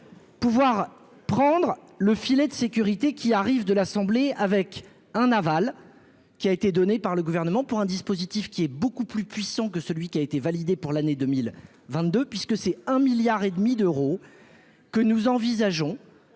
Pouvoir prendre le filet de sécurité qui arrive de l'Assemblée, avec un aval. Qui a été donné par le gouvernement pour un dispositif qui est beaucoup plus puissant que celui qui a été validé pour l'année 2022 puisque c'est un milliard et demi d'euros. Que nous envisageons